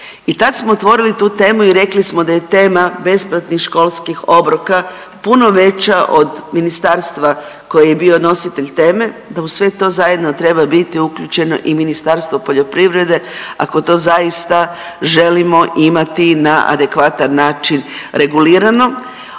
I tad smo otvorili tu temu i rekli smo da je tema besplatnih školskih obroka puno veća od ministarstva koji je bio nositelj teme, da uz sve to zajedno treba biti uključeno i Ministarstvo poljoprivrede ako to zaista želimo imati na adekvatan način regulirano.